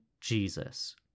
Jesus